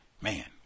Man